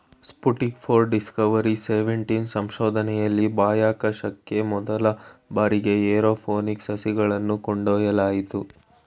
Sputnik four, Discovery seventeen ಸಂಶೋಧನೆಯಲ್ಲಿ ಬಾಹ್ಯಾಕಾಶಕ್ಕೆ ಮೊದಲ ಬಾರಿಗೆ ಏರೋಪೋನಿಕ್ ಸಸಿಗಳನ್ನು ಕೊಂಡೊಯ್ಯಲಾಯಿತು